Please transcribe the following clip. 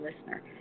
listener